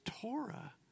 Torah